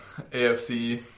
AFC